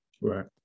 Right